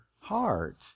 heart